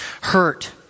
hurt